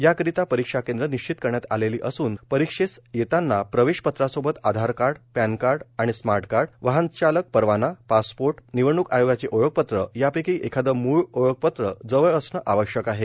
याकरिता परीक्षा केंद्र निश्चित करण्यात आलेली असून परीक्षेस येतांना प्रवेश पत्रासोबत आधारकार्ड पॅनकार्ड आणि स्मार्ट कार्ड वाहनचालक परवाना पासपोर्ट निवडणुक आयोगाचे ओळखपत्र यापैकी एखादे म्ळ ओळखपत्र जवळ असणं आवश्यक आहे